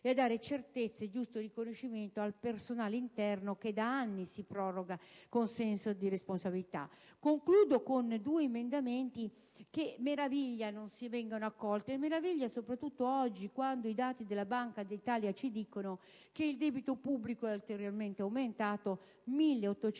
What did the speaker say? e a dare certezza e giusto riconoscimento al personale interno che da anni si prodiga con senso di responsabilità. Concludo ricordando due emendamenti che meraviglia non vengano accolti, soprattutto oggi, quando i dati della Banca d'Italia ci dicono che il debito pubblico è ulteriormente aumentato: